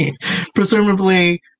Presumably